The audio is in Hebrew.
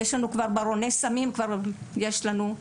וברוני סמים כבר יש לנו,